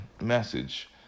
message